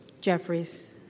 Jeffries